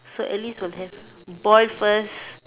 so at least will have boil first